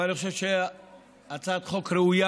אבל אני חושב שהצעת החוק ראויה,